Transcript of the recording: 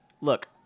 look